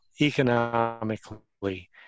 economically